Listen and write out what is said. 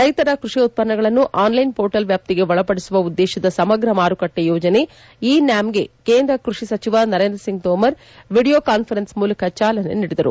ರೈತರ ಕೃಷಿ ಉತ್ಪನ್ನಗಳನ್ನು ಆನ್ ಲೈನ್ ಪೋರ್ಟಲ್ ವ್ಯಾಪ್ತಿಗೆ ಒಳಪಡಿಸುವ ಉದ್ದೇಶದ ಸಮಗ್ರ ಮಾರುಕಟ್ಟೆ ಯೋಜನೆ ಇ ನ್ಕಾಮ್ಗೆ ಕೇಂದ್ರ ಕೃಷಿ ಸಚಿವ ನರೇಂದ್ರ ಸಿಂಗ್ ಥೋಮರ್ ವಿಡಿಯೋ ಕಾನ್ವರೆನ್ಸ್ ಮೂಲಕ ಚಾಲನೆ ನೀಡಿದರು